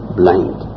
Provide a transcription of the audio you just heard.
blind